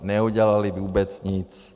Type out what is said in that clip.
Neudělali vůbec nic.